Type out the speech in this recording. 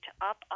up